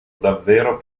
davvero